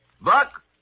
Buck